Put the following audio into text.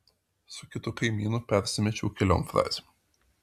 su kitu kaimynu persimečiau keliom frazėm